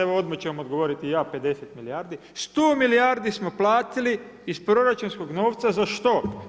Evo odmah ću vam odgovoriti ja, 50 milijardi, 100 milijardi smo platili iz proračunskog novca za što?